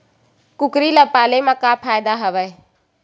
कुकरी ल पाले म का फ़ायदा हवय?